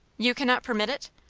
you cannot permit it?